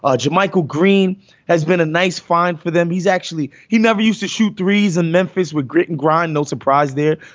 ah jamychal green has been a nice find for them. he's actually he never used to shoot threes and memphis with grit and grind. no surprise there,